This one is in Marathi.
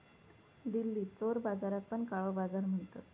दिल्लीत चोर बाजाराक पण काळो बाजार म्हणतत